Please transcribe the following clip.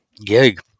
gig